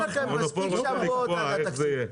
המונופול רוצה לקבוע איך זה יהיה.